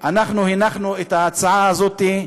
אנחנו הנחנו את ההצעה הזאת.